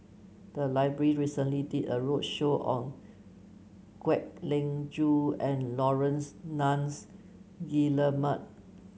the library recently did a roadshow on Kwek Leng Joo and Laurence Nunns Guillemard